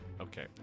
Okay